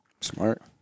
Smart